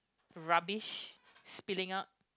rubbish spilling out